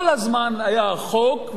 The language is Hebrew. כל הזמן היה חוק,